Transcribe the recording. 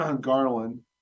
Garland